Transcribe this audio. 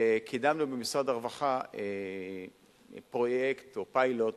וקידמנו במשרד הרווחה פרויקט או פיילוט,